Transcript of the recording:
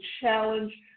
challenge